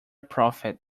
profit